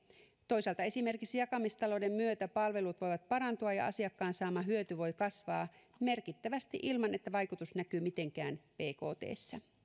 toisaalta esimerkiksi jakamistalouden myötä palvelut voivat parantua ja asiakkaan saama hyöty voi kasvaa merkittävästi ilman että vaikutus näkyy mitenkään bktssä